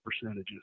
percentages